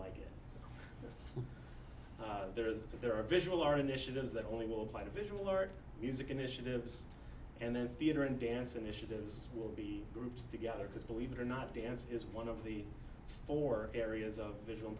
like it there is that there are visual art initiatives that only will apply to visual art music initiatives and then theatre and dance initiatives will be grouped together because believe it or not dance is one of the four areas of vi